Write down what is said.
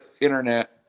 internet